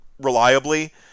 reliably